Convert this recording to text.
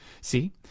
See